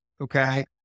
Okay